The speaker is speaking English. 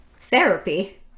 therapy